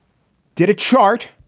did a chart.